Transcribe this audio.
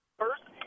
first